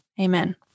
Amen